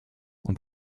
und